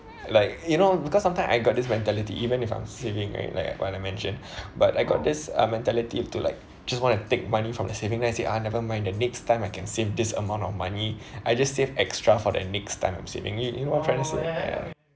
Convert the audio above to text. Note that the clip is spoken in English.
like you know because sometime I got this mentality even if I'm saving right like what I mentioned but I got this uh mentality to like just wanna take money from the saving then I say I never mind the next time I can save this amount of money I just save extra for the next time I'm saving it you know what I'm trying to say